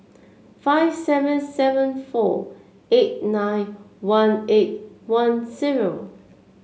five seven seven four eight nine one eight one zero